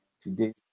today